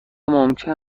ممکن